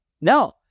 No